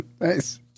Nice